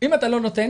אם אתה לא נותן